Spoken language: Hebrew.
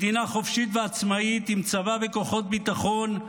מדינה חופשית ועצמאית עם צבא וכוחות ביטחון,